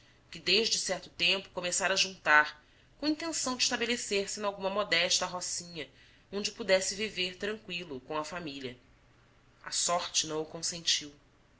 que desde certo tempo começara a juntar com intenção de estabelecer-se nalguma modesta rocinha onde pudesse viver tranqüilo com a família a sorte não o consentiu